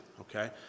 okay